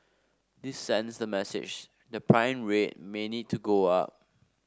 this sends the message the prime rate may need to go up